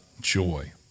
joy